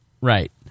right